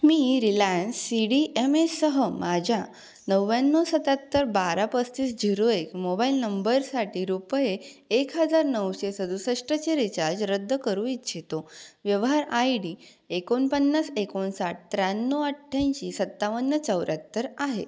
मी Reliance C D M एसह माझ्या नव्याण्णव सत्त्याहत्तर बारा पस्तीस झिरो एक मोबाइल नंबरसाठी रुपये एक हजार नऊशे सदुसष्टचे रीचार्ज रद्द करू इच्छितो व्यवहार आय डी एकोणपन्नास एकोणसाठ त्र्याण्णव अठ्ठ्याऐंशी सत्तावन्न चौऱ्याहत्तर आहे